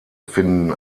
finden